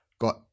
got